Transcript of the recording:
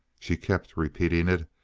she kept repeating it,